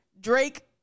Drake